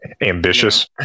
Ambitious